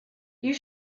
you